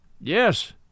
Yes